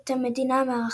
את המדינה המארחת.